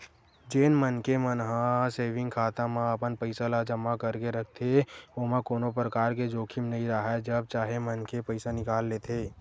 जेन मनखे मन ह सेंविग खाता म अपन पइसा ल जमा करके रखथे ओमा कोनो परकार के जोखिम नइ राहय जब चाहे मनखे पइसा निकाल लेथे